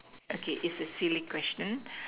okay it's a silly question